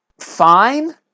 fine